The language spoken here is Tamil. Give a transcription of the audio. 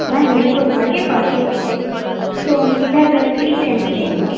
மேம் எனக்கு ஒரு பேர்த்டே பார்ட்டி இருக்குது ஸோ உங்கக்கிட்ட இருக்கிற ஸ்வீட்ஸ் எனக்கு வேணும்